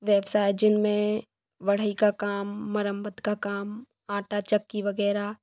व्यवसाय जिनमें बढ़ई का काम मरम्मत का काम आटा चक्की वगैरह